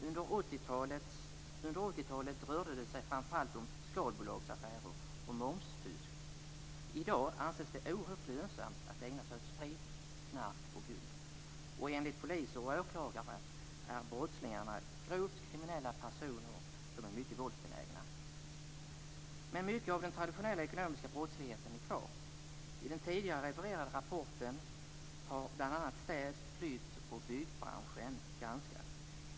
Under 1980-talet rörde det sig framför allt om skalbolagsaffärer och momsfusk. I dag anses det oerhört lönsamt att ägna sig åt sprit, knark och guld. Enligt poliser och åklagare är brottslingarna grovt kriminella personer som är mycket våldsbenägna. Mycket av den traditionella ekonomiska brottsligheten är dock kvar. I den tidigare refererade rapporten har bl.a. städ-, flytt och byggbranschen granskats.